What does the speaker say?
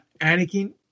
Anakin